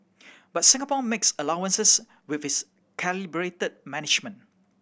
but Singapore makes allowances with its calibrated management